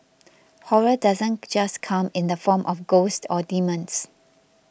horror doesn't just come in the form of ghosts or demons